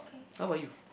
how about you